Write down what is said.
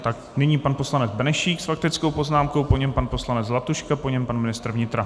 Tak nyní pan poslanec Benešík s faktickou, po něm pan poslanec Zlatuška, po něm pan ministr vnitra.